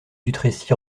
dutrécy